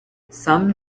some